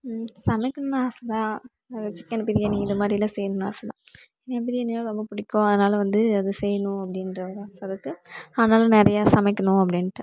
சமைக்கனுன்னு ஆசைதான் நல்லா சிக்கன் பிரியாணி இந்தமாதிரிலாம் செய்யணுன்னு ஆசைதான் எனக்கு பிரியாணின்னா ரொம்ப பிடிக்கும் அதனால் வந்து அதை செய்யணும் அப்படீன்ற ஒரு ஆசை இருக்கு ஆனாலும் நிறையா சமைக்கணும் அப்படீன்ட்டு